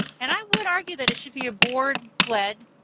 and i would argue that it should be a board led,